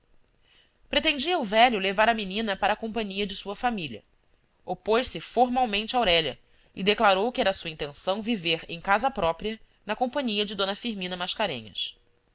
pretendia o velho levar a menina para a companhia de sua família opôs-se formalmente aurélia e declarou que era sua intenção viver em casa própria na companhia de d firmina mascarenhas